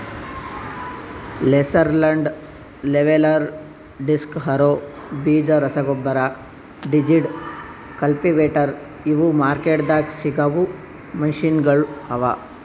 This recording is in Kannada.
laser land leveller, disc harrow, ಬೀಜ ರಸಗೊಬ್ಬರ, ರಿಜಿಡ್, ಕಲ್ಟಿವೇಟರ್ ಇವು ಮಾರ್ಕೆಟ್ದಾಗ್ ಸಿಗವು ಮೆಷಿನಗೊಳ್ ಅವಾ